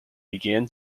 began